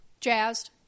jazzed